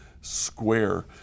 square